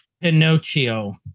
Pinocchio